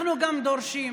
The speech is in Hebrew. אנחנו גם דורשים,